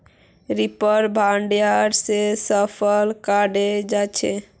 reaper binder से फसल कटाल जा छ